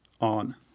On